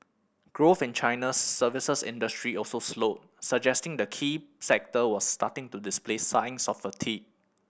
growth in China's services industry also slowed suggesting the key sector was starting to display signs of fatigue